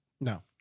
No